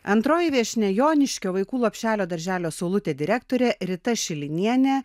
antroji viešnia joniškio vaikų lopšelio darželio saulutė direktorė rita šilinienė